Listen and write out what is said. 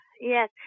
Yes